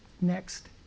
next